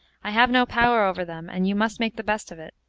i have no power over them, and you must make the best of it.